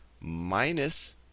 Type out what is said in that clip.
minus